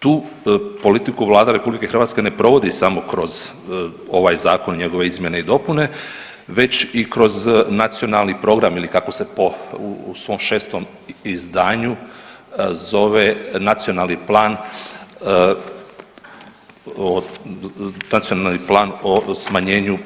Tu politiku Vlada RH ne provodi samo kroz ovaj zakon i njegove izmjene i dopune već i kroz nacionalni program ili kako se po, u svom šestom izdanju zove nacionalni plan, Nacionalni plan o smanjenju